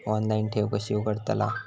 Online ठेव कशी उघडतलाव?